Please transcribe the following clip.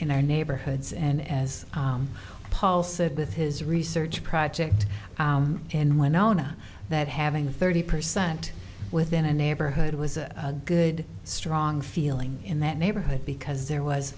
in our neighborhoods and as paul said with his research project and when oh no that having a thirty percent within a neighborhood was a good strong feeling in that neighborhood because there was